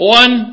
one